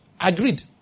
Agreed